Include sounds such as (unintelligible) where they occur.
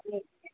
(unintelligible)